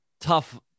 Tough